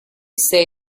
say